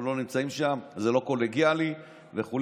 אנחנו לא נמצאים שם, זה לא קולגיאלי וכו'.